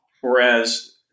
Whereas